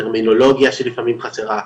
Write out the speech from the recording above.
טרמינולוגיה שלפעמים חסרה,